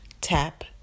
tap